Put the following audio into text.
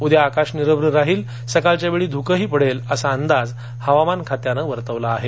उद्या आकाश निरभ्र राहिल सकाळच्या वेळी धुके पडेल असा अंदाज हवामान खात्यानं वर्तवला आहे